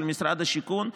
של משרד השיכון,